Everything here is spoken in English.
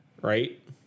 right